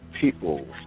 people